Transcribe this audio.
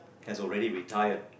has already retired